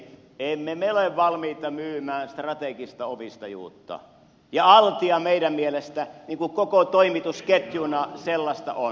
emme me ole valmiita myymään strategista omistajuutta ja altia meidän mielestämme koko toimitusketjuna sellaista on